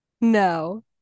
No